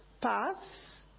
paths